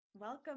Welcome